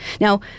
Now